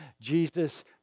Jesus